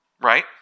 right